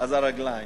אז הרגליים.